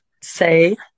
Say